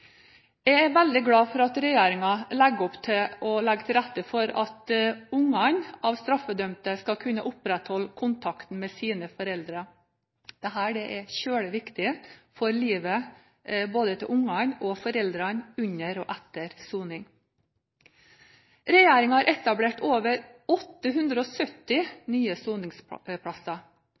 Jeg er veldig glad for at regjeringen ønsker å legge til rette for at barn av straffedømte skal kunne opprettholde kontakten med sine foreldre. Dette er veldig viktig for både barna og foreldrene under og etter soning. Regjeringen har etablert over 870 nye soningsplasser.